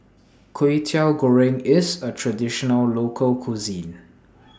Kway Teow Goreng IS A Traditional Local Cuisine